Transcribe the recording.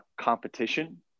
competition